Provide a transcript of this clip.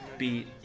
beat